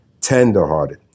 tender-hearted